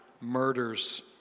murders